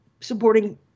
supporting